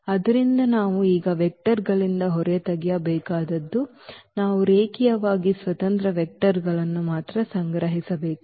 ಆದ್ದರಿಂದ ನಾವು ಈಗ ಈ ವೆಕ್ಟರ್ಗಳಿಂದ ಹೊರತೆಗೆಯಬೇಕಾದದ್ದು ನಾವು ರೇಖೀಯವಾಗಿ ಸ್ವತಂತ್ರ ವೆಕ್ಟರ್ಗಳನ್ನು ಮಾತ್ರ ಸಂಗ್ರಹಿಸಬೇಕು